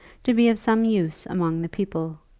to be of some use among the people.